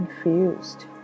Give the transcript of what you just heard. confused